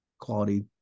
quality